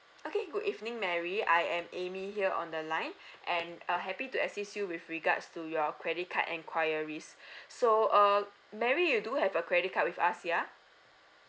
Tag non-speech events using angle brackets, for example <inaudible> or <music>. okay good evening mary I am amy here on the line <breath> and uh happy to assist you with regards to your credit card enquiries <breath> so uh mary you do have a credit card with us yeah